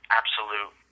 absolute